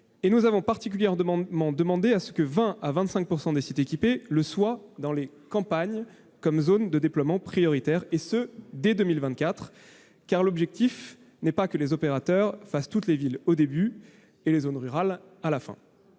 Nous avons en particulier demandé que 20 % à 25 % des sites équipés le soient dans les campagnes comme zones de déploiement prioritaire, et ce dès 2024. L'objectif en effet n'est pas que les opérateurs fassent toutes les villes au début et les zones rurales à la fin.